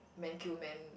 man kill man